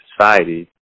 society